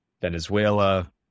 Venezuela